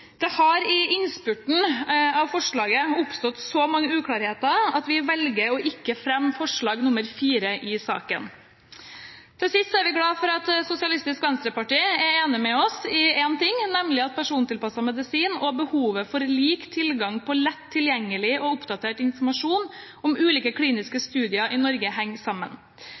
Det har i innspurten oppstått så mange uklarheter at vi velger ikke å fremme forslag nr. 4 i saken. Til sist er vi glad for at Sosialistisk Venstreparti er enig med oss i én ting, nemlig at persontilpasset medisin og behovet for lik tilgang på lett tilgjengelig og oppdatert informasjon om ulike kliniske